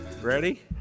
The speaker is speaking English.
Ready